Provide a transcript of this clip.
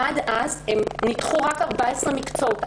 עד אז ניתחו רק 14 מקצועות.